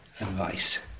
advice